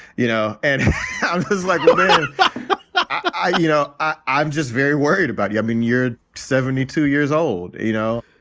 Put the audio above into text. you know, and like but i you know, i'm just very worried about you i mean, you're seventy two years old, you know,